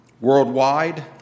Worldwide